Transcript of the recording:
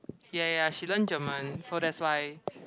ya ya she learn German so that's why